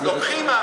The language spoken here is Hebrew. אז לוקחים,